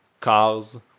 cars